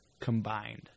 combined